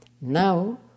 Now